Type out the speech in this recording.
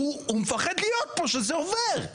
הוא פוחד להיות פה כשזה עובר.